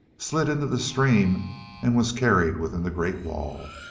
slid into the stream and was carried within the great walls.